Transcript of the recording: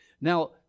Now